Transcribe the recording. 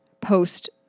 post